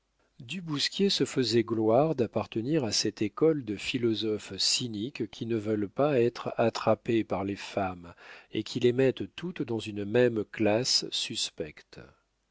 du bousquier se faisait gloire d'appartenir à cette école de philosophes cyniques qui ne veulent pas être attrapés par les femmes et qui les mettent toutes dans une même classe suspecte